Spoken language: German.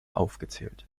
aufgezählt